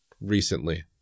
recently